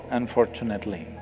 unfortunately